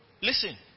listen